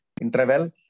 interval